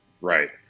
Right